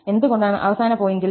എന്തുകൊണ്ടാണ് അവസാന പോയിന്റിൽ